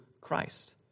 Christ